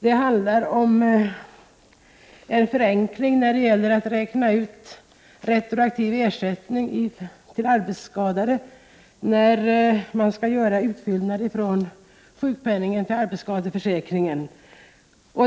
Det handlar om en förenkling av uträkningen av retroaktiv ersättning till arbetsskadade vid utfyllnad av sjukpenningen på grundval av arbetsskadeförsäkringen.